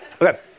Okay